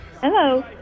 Hello